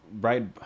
right